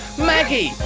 maggie,